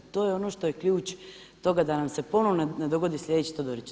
To je ono što je ključ toga da nam se ponovno ne dogodi sljedeći Todorić.